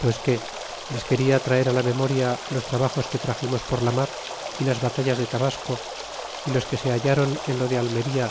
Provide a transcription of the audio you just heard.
pues qué les quena traerá la memoria los trabajos que traximos por la mar y las batallas de tabasco y los que se hallron en lo de almería